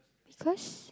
because